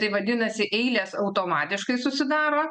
tai vadinasi eilės automatiškai susidaro